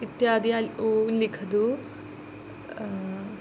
इत्यादि उल्लिखतु